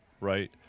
right